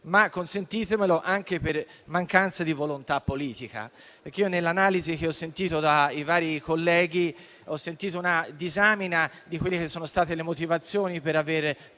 ma, consentitemi di dirlo, anche per mancanza di volontà politica. Nell'analisi dei vari colleghi, io ho sentito una disamina di quelle che sono state le motivazioni per avere